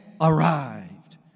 arrived